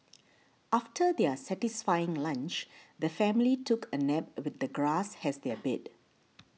after their satisfying lunch the family took a nap with the grass as their bed